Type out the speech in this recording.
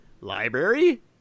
library